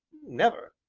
never!